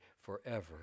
forever